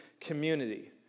community